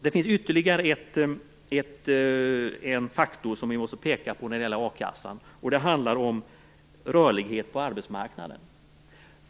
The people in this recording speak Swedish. Det finns ytterligare en faktor som vi måste peka på när det gäller a-kassan, nämligen rörligheten på arbetsmarknaden.